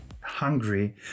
hungry